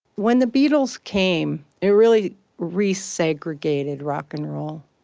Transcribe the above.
when the beatles came, it really resegregated rock and roll.